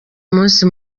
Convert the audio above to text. munsi